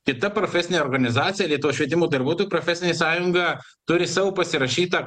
kita profesinė organizacija lietuvos švietimo darbuotojų profesinė sąjunga turi savo pasirašytą